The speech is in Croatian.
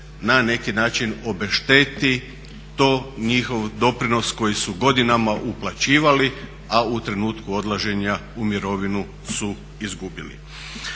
na neki način obešteti taj njihov doprinos koji su godinama uplaćivali a u trenutku odlaženja u mirovinu su izgubili.